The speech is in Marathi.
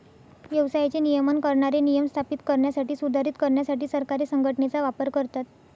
व्यवसायाचे नियमन करणारे नियम स्थापित करण्यासाठी, सुधारित करण्यासाठी सरकारे संघटनेचा वापर करतात